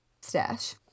stash